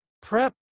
prep